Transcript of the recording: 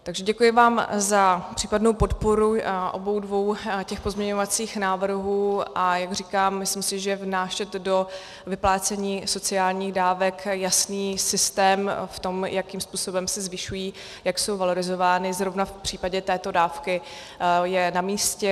Takže děkuji vám za případnou podporu obou dvou pozměňovacích návrhů, a jak říkám, myslím si, že vnášet do vyplácení sociálních dávek jasný systém v tom, jakým způsobem se zvyšují, jak jsou valorizovány, zrovna v případě této dávky je namístě.